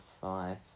five